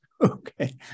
Okay